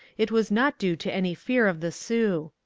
it was not due to any fear of the sioux.